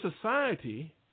society